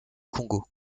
congo